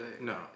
No